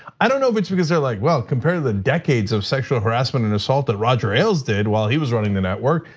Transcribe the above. i don't know if it's because they're like, well, compared to the decades of sexual harassment and assault that roger ailes did while he was running the network.